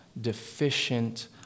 deficient